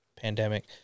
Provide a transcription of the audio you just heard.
pandemic